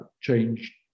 change